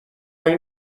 این